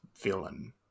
villain